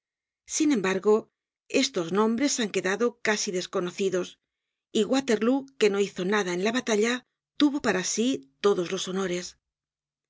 sin embargo estos nombres han quedado casi desconocidos y waterlóo que no hizo nada en la batalla tuvo para sí todos los honores